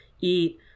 eat